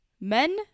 men